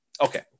Okay